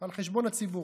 על חשבון הציבור.